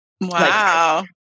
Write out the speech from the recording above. Wow